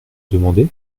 demander